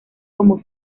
como